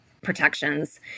protections